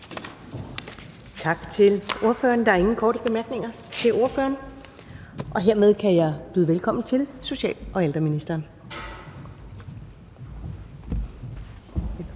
Tak til ordføreren. Der er ingen korte bemærkninger til ordføreren, og hermed kan jeg byde velkommen til social- og ældreministeren.